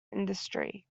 industry